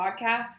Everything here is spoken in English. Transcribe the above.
podcast